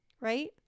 right